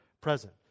present